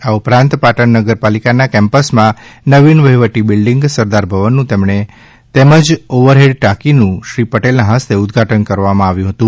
આ ઉપરાંત પાટણ નગરપાલિકાના કેમ્પસમાં નવીન વહીવટી બિલ્ડીંગ સરદાર ભવનનું તથા ઓવરહેડ ટાંકીનું નીતિન પટેલના હસ્તે ઉદ્વાટન કરાયું હતું